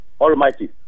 almighty